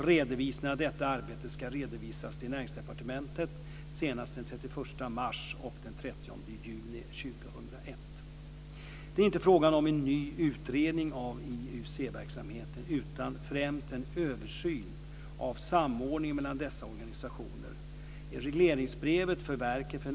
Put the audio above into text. Redovisningen av detta arbete ska redovisas till juni 2001. Det är inte fråga om en ny utredning av IUC-verksamheten utan främst en översyn av samordningen mellan dessa organisationer.